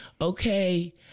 Okay